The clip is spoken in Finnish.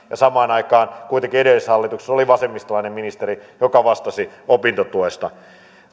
ja samaan aikaan kuitenkin edellisessä hallituksessa oli vasemmistolainen ministeri joka vastasi opintotuesta